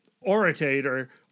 orator